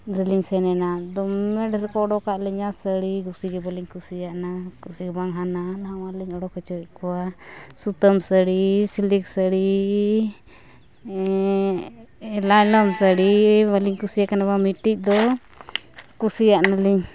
ᱚᱸᱰᱮ ᱞᱤᱧ ᱥᱮᱱ ᱮᱱᱟ ᱫᱚᱢᱮ ᱰᱷᱮᱹᱨ ᱠᱚ ᱚᱰᱚᱠᱟᱜ ᱞᱤᱧᱟᱹ ᱥᱟᱹᱲᱤ ᱠᱩᱥᱤ ᱜᱮ ᱵᱟᱹᱞᱤᱧ ᱠᱩᱥᱤᱭᱟᱱᱟᱜ ᱠᱩᱥᱤ ᱜᱮ ᱵᱟᱝ ᱦᱟᱱᱟ ᱱᱟᱣᱟ ᱞᱤᱧ ᱚᱰᱳᱠ ᱦᱚᱪᱚᱭᱮᱫ ᱠᱚᱣᱟ ᱥᱩᱛᱟᱹᱢ ᱥᱟᱹᱲᱤ ᱥᱤᱞᱤᱠ ᱥᱟᱹᱲᱤ ᱞᱟᱭᱞᱚᱢ ᱥᱟᱹᱲᱤ ᱵᱟᱹᱞᱤᱧ ᱠᱩᱥᱤᱭᱟᱜ ᱠᱟᱱᱟ ᱵᱟᱝ ᱢᱤᱫᱴᱤᱡ ᱫᱚ ᱠᱩᱥᱤᱭᱟᱱᱟᱞᱤᱧ